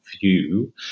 view